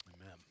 Amen